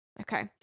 Okay